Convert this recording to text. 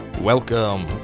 Welcome